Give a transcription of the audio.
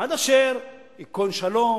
עד אשר ייכון שלום,